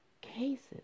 cases